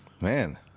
Man